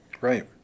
Right